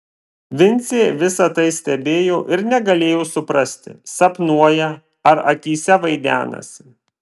vincė visa tai stebėjo ir negalėjo suprasti sapnuoja ar akyse vaidenasi